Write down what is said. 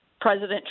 President